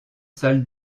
salle